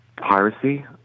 piracy